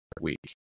week